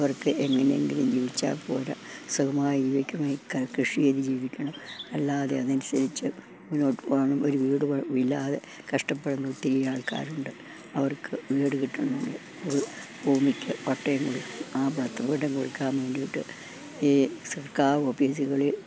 അവർക്ക് എങ്ങനെയെങ്കിലും ജീവിച്ചാൽ പോരാ സുഖമായി ജീവിക്കാനെ കൃഷി ചെയ്ത് ജീവിക്കണം അല്ലാതെ അതനുസരിച്ച് മുന്നോട്ട് പോകണം ഒരു വീട് ഇല്ലാതെ കഷ്ടപ്പെടുന്നൊത്തിരി ആൾക്കാരുണ്ട് അവർക്ക് വീട് കിട്ടുന്നേ ഭൂമിക്ക് പട്ടയം കൊടു ആഭത്ത് വട്ടം കൊടുക്കാൻ വേണ്ടിയിട്ട് ഈ സർക്കാർ ഓഫീസുകളിൽ